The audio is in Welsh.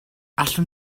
allwn